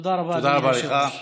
תודה רבה, אדוני היושב-ראש.